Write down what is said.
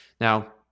Now